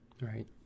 Right